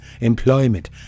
employment